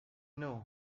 know